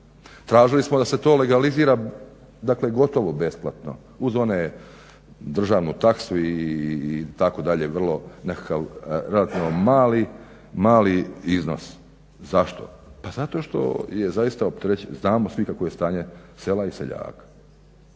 Tražili smo da se to legalizira, dakle gotovo besplatno uz one državnu taksu itd., vrlo nekakav relativno mali iznos. Zašto? Pa zato što je zaista opterećen, znamo svi kakvo je stanje sela i seljaka.